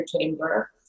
chamber